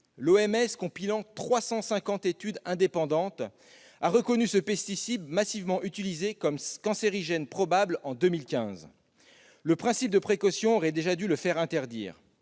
santé, compilant 350 études indépendantes, a reconnu en 2015 ce pesticide massivement utilisé comme un « cancérigène probable ». Le principe de précaution aurait déjà dû amener à l'interdire.